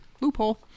Loophole